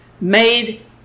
made